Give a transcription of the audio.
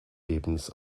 lebens